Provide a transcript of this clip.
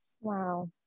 Wow